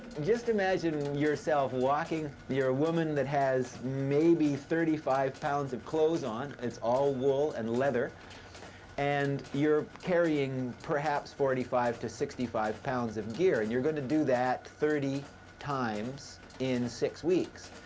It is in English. just imagine yourself walking, you're a woman that has maybe thirty five pounds of clothes on it's all wool and leather and you're carrying perhaps forty five to sixty five pounds of gear and you're going to do that thirty times in six weeks,